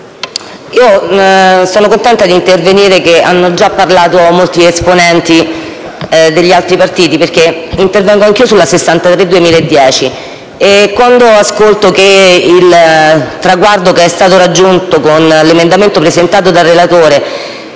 sono contenta di intervenire dopo che hanno già parlato molti esponenti degli altri partiti. Intervengo anch'io sulla direttiva n. 63 del 2010. Quando ascolto che il traguardo che è stato raggiunto con l'emendamento presentato dal relatore